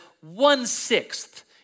one-sixth